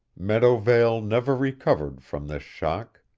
meadowvale never recovered from this shock.